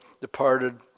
departed